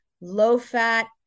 low-fat